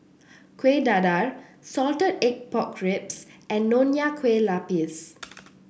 Kuih Dadar Salted Egg Pork Ribs and Nonya Kueh Lapis